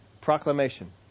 proclamation